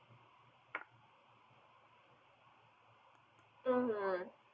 mmhmm